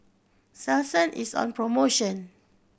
Selsun is on promotion